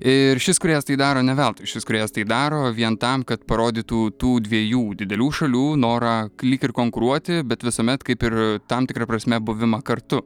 ir šis kūrėjas tai daro ne veltui šis kūrėjas tai daro vien tam kad parodytų tų dviejų didelių šalių norą lyg ir konkuruoti bet visuomet kaip ir tam tikra prasme buvimą kartu